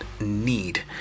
need